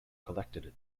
collected